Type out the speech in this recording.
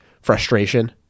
frustration